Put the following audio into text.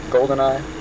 GoldenEye